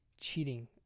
cheating